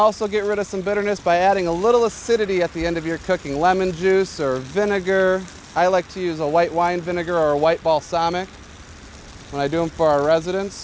also get rid of some bitterness by adding a little acidity at the end of your cooking lemon juice or vinegar i like to use a white wine vinegar or white balsamic i don't bar resident